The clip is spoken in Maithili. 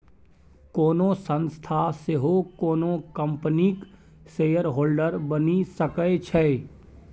कोनो संस्था सेहो कोनो कंपनीक शेयरहोल्डर बनि सकै छै